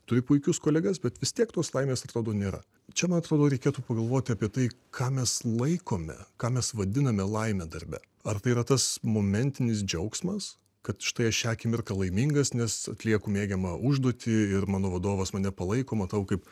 turi puikius kolegas bet vis tiek tos laimės atrodo nėra čia man atrodo reikėtų pagalvoti apie tai ką mes laikome ką mes vadiname laime darbe ar tai yra tas momentinis džiaugsmas kad štai aš šią akimirką laimingas nes atliekų mėgiamą užduotį ir mano vadovas mane palaiko matau kaip